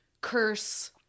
curse